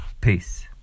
Peace